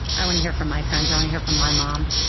i wanna hear from my friends. i wanna hear from my mom.